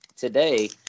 today